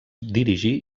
dirigí